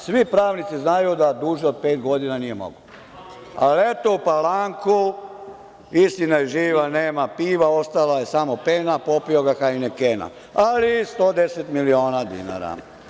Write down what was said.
Svi pravnici znaju da duže od pet godina nije mogao, ali eto, u Palanku, istina je živa nema piva, ostala je samo pena, popio ga hajnikena, ali i 110 miliona dinara.